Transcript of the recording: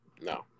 no